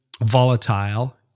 volatile